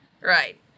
Right